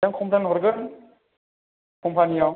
जों कमप्लेन हरगोन कम्पानियाव